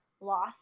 loss